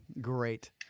Great